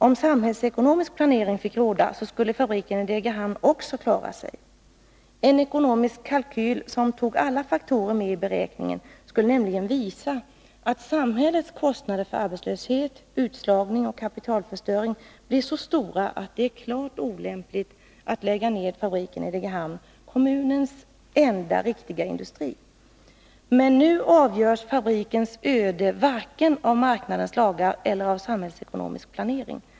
Om samhällsekonomisk planering fick råda, så skulle fabriken i Degerhamn också klara sig. En ekonomisk kalkyl som tog alla faktorer med i beräkningen skulle nämligen visa att samhällets kostnader för arbetslöshet, utslagning och kapitalförstöring blir så stora att det är klart olämpligt att lägga ned fabriken i Degerhamn, kommunens enda riktiga industri. Men nu avgörs fabrikens öde varken av marknadens lagar eller av samhällsekonomisk planering.